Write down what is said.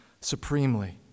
supremely